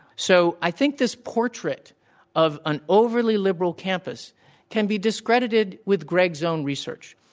so, i think this portrait of an overly liberal campus can be discredited with greg's own research,